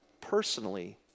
personally